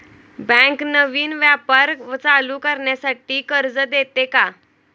Bank नवीन व्यापार चालू करण्यासाठी कर्ज देते का?